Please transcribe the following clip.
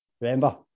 Remember